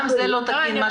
גם זה לא תקין,